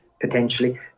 potentially